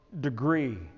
degree